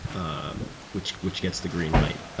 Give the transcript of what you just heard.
um which which gets the greenlight.